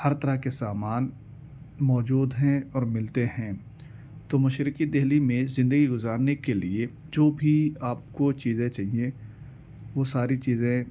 ہر طرح کے سامان موجود ہیں اور ملتے ہیں تو مشرقی دہلی میں زندگی گزارنے کے لیے جو بھی آپ کو چیزیں چاہئے وہ ساری چیزیں